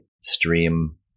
stream